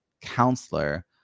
counselor